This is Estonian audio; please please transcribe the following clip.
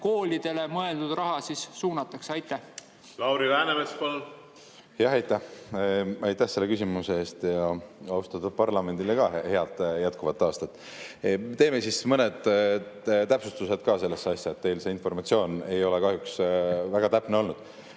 koolidele mõeldud raha siis suunatakse? Lauri Läänemets, palun! Lauri Läänemets, palun! Jaa, aitäh! Aitäh selle küsimuse eest! Austatud parlamendile ka head jätkuvat aastat! Teeme siis mõned täpsustused sellesse asja, teil see informatsioon ei ole kahjuks väga täpne.